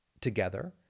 together